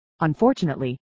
Unfortunately